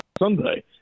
Sunday